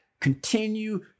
continue